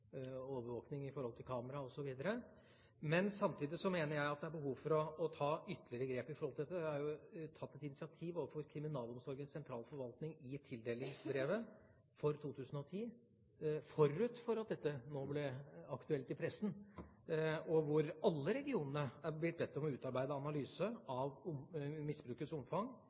overvåkning med kamera, osv. Men samtidig mener jeg det er behov for å ta ytterligere grep. Det er tatt et initiativ overfor Kriminalomsorgens sentrale forvaltning i tildelingsbrevet for 2010, før dette ble aktualisert i pressen, hvor alle regionene er blitt bedt om å utarbeide en analyse av misbrukets omfang